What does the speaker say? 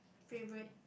favorite